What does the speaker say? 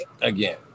again